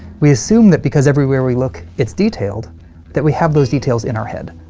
we assume that because everywhere we look it's detailed that we have those details in our head.